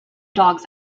dogs